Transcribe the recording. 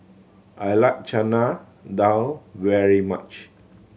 I like Chana Dal very much